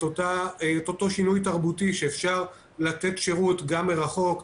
אותו שינוי תרבותי שאפשר לתת שירות גם מרחוק,